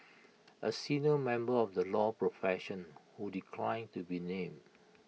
A senior member of the law profession who declined to be named